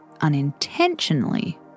unintentionally